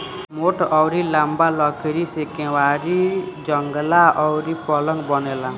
मोट अउरी लंबा लकड़ी से केवाड़ी, जंगला अउरी पलंग बनेला